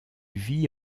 vit